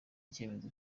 icyemezo